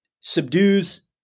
subdues